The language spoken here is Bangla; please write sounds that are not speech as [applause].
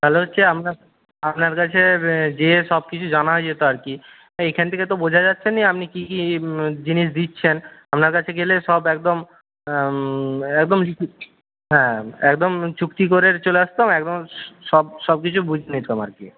তাহলে হচ্ছে আমরা আপনার কাছে [unintelligible] গিয়ে সব কিছু জানা হয়ে যেত আর কি এইখান থেকে তো বোঝা যাচ্ছে না আপনি কী কী [unintelligible] জিনিস দিচ্ছেন আপনার কাছে গেলে সব একদম একদম [unintelligible] হ্যাঁ একদম চুক্তি করে চলে আসতাম একদম সব সব কিছু বুঝে নিতাম আর কি